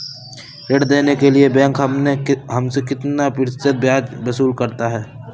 ऋण देने के लिए बैंक हमसे कितना प्रतिशत ब्याज वसूल करता है?